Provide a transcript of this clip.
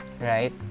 Right